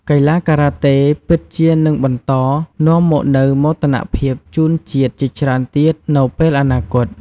កីឡាការ៉ាតេពិតជានឹងបន្តនាំមកនូវមោទនភាពជូនជាតិជាច្រើនទៀតនៅពេលអនាគត។